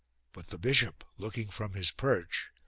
but the bishop, looking from his perch,